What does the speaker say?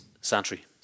Santry